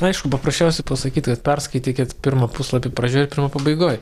aišku paprasčiausia pasakyt kad perskaitykit pirmą puslapį pradžioj pirmą pabaigoj